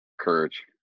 Courage